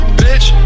bitch